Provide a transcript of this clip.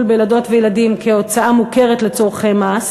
בילדות וילדים כהוצאה מוכרת לצורכי מס,